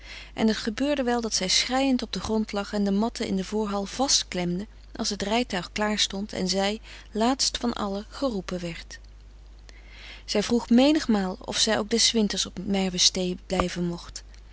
en het gebeurde wel dat zij schreiend op den grond lag en de matten in de voorhal vastklemde als het rijtuig klaar stond en zij laatst van allen geroepen werd zij vroeg menigmaal of zij ook des winters op merwestee blijven mocht